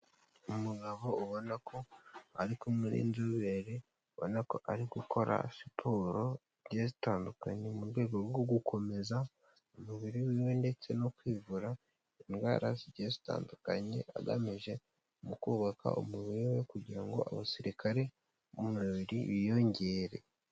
Umugabo ubona ko ari kumwe n'inzobere, ubona ko ari gukora siporo zigiye zitandukanye, mu rwego rwo gukomeza umubiri w'iwe ndetse no kwivura indwara zigiye zitandukanye, agamije mu kubaka umubiri we, kugira ngo abasirikare b'umubiri biyongere.